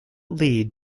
lead